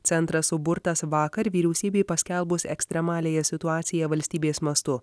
centras suburtas vakar vyriausybei paskelbus ekstremaliąją situaciją valstybės mastu